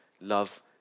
Love